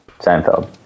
Seinfeld